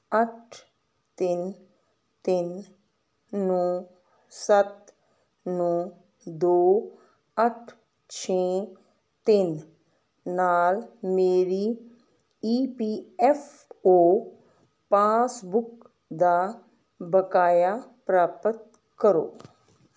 ਅੱਠ ਤਿੰਨ ਤਿੰਨ ਨੌਂ ਸੱਤ ਨੌਂ ਦੋ ਅੱਠ ਛੇ ਤਿੰਨ ਨਾਲ ਮੇਰੀ E P F O passbook ਦਾ ਬਕਾਇਆ ਪ੍ਰਾਪਤ ਕਰੋ